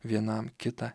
vienam kitą